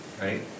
right